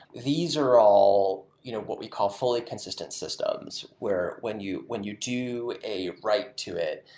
these are all you know what we call fully consistent systems, where when you when you do a write to it,